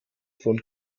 von